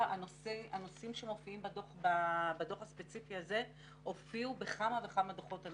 הנושאים שמופיעים בדוח הספציפי הזה הופיעו בכמה וכמה דוחות.